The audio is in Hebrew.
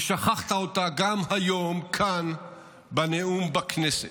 ושכחת אותה גם היום, כאן בנאום בכנסת.